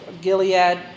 Gilead